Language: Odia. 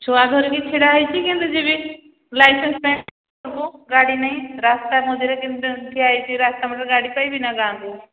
ଛୁଆ ଧରିକି ଛିଡ଼ା ହେଇଛି କେମିତି ଯିବି ଲାଇସେନ୍ସ ପାଇଁ ସବୁ ଗାଡ଼ି ନାଇଁ ରାସ୍ତା ମଝିରେ କେମତି ଠିଆ ହେଇଛି ରାସ୍ତା ମଝିରେ ଗାଡ଼ି ପାଇବି ନା ଗାଁକୁ